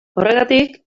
horregatik